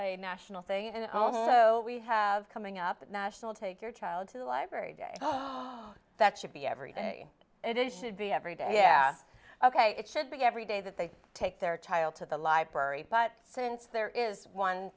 national thing and all we have coming up at national take your child to the library day that should be every day it is should be every day yeah ok it should be every day that they take their child to the library but since there is one